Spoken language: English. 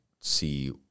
see –